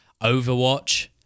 Overwatch